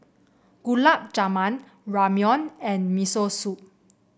Gulab Jamun Ramyeon and Miso Soup